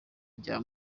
rya